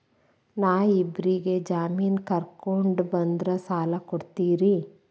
ನಾ ಇಬ್ಬರಿಗೆ ಜಾಮಿನ್ ಕರ್ಕೊಂಡ್ ಬಂದ್ರ ಸಾಲ ಕೊಡ್ತೇರಿ?